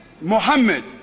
Muhammad